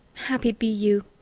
happy be you!